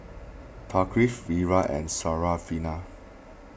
Thaqif Wira and Syarafina